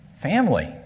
Family